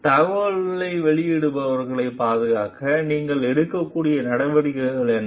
தகவலை வெளியிடுபவர்களைப் பாதுகாக்க நீங்கள் எடுக்கக்கூடிய நடவடிக்கைகள் என்ன